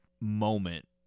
moment